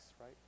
right